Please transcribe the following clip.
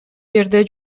жерде